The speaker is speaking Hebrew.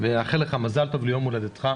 ולאחל לך מזל טוב ליום הולדתך.